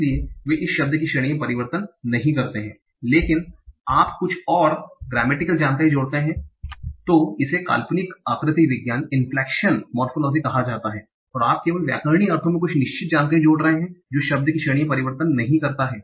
इसलिए वे इस शब्द की श्रेणी में परिवर्तन नहीं करते हैं लेकिन आप कुछ और ग्रामेटिकल जानकारी जोड़ते हैं तो इसे काल्पनिक आकृति विज्ञान इनफ्लेकशन मोरफोलोजी कहा जाता है आप केवल व्याकरणिक अर्थों में कुछ निश्चित जानकारी जोड़ रहे हैं जो शब्द की श्रेणी में परिवर्तन नहीं है